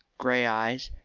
grey eyes,